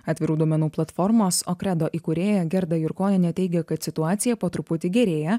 atvirų duomenų platformos okredo įkūrėja gerda jurkonienė teigia kad situacija po truputį gerėja